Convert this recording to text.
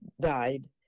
died